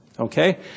Okay